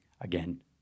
again